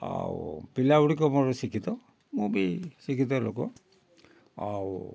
ଆଉ ପିଲାଗୁଡ଼ିକ ମୋର ଶିକ୍ଷିତ ମୁଁ ବି ଶିକ୍ଷିତ ଲୋକ ଆଉ